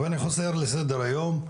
אם אני חוזר לסדר היום,